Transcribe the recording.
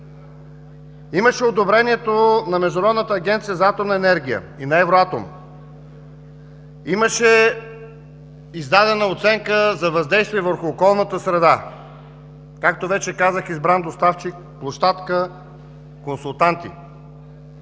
Имаше одобрението на Международната агенция за атомна енергия и на Евратом. Имаше издадена оценка за въздействие върху околната среда, както вече казах – избран доставчик, площадка, консултанти.